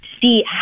see